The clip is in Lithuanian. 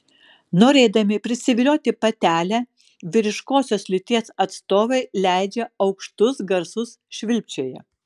norėdami prisivilioti patelę vyriškosios lyties atstovai leidžia aukštus garsus švilpčioja